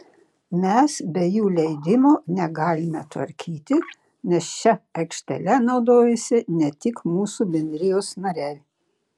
mes be jų leidimo negalime tvarkyti nes šia aikštele naudojasi ne tik mūsų bendrijos nariai